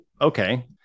okay